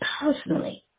personally